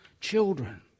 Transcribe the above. children